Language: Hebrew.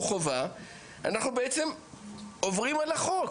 כי אנחנו ערוכים לתקציבים האלה,